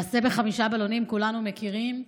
את "מעשה בחמישה בלונים" כולנו מכירים.